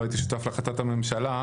לא הייתי שותף להחלטת הממשלה,